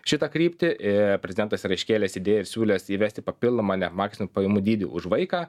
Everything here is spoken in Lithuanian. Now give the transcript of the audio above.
šitą kryptį ir prezdentas yra iškėlęs idėją ir siūlęs įvesti papildomą ne maksium pajamų dydį už vaiką